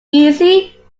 easy